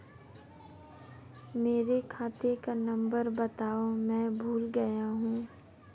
मेरे खाते का नंबर बताओ मैं भूल गया हूं